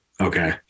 Okay